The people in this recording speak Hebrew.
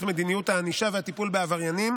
מדיניות הענישה והטיפול בעבריינים,